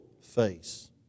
face